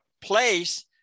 place